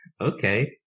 Okay